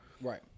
right